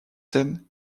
seine